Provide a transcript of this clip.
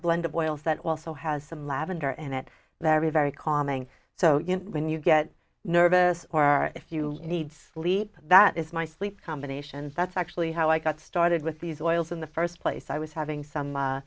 blend of oils that also has some lavender and it very very calming so you know when you get nervous or if you need sleep that is my sleep combinations that's actually how i got started with these oils in the first place i was having some